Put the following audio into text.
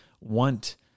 want